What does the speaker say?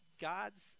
God's